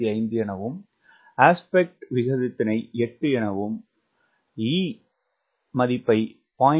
025 எனவும் ஆஸ்பெக்ட் விகிதத்தினை 8 எனவும் ஆஸ்வால்டு குணகத்தினை e 0